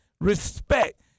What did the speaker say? respect